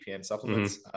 supplements